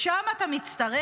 לשם אתה מצטרף?